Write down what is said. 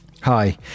Hi